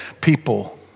people